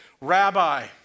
Rabbi